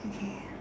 okay